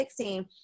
2016